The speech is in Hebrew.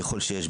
ככל שיש,